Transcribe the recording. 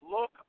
look